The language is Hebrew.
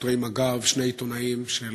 שוטרי מג"ב שני עיתונאים של